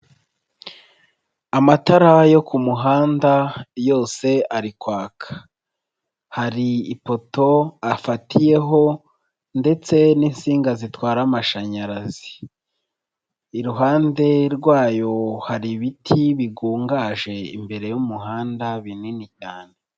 Amatara yo ku mihanda yose ari kwaka. Hari ipoto afatiyeho ndetse n'insinga zitwara amashanyarazi. Iruhande rwayo hari ibiti bigungaje imbere y'umuhanda binini cyane.